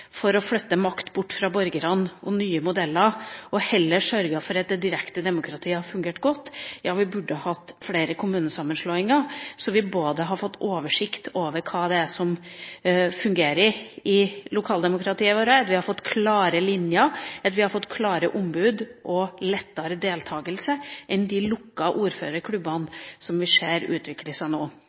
å flytte makt bort fra borgerne og nye modeller og heller ha sørget for at det direkte demokratiet fungerte godt. Vi burde hatt flere kommunesammenslåinger, slik at vi hadde fått oversikt over hva det er som fungerer i lokaldemokratiet vårt – at vi hadde fått klare linjer, at vi hadde fått klare ombud og lettere deltakelse enn lukkede ordførerklubber som vi ser utvikler seg nå.